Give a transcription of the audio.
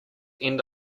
end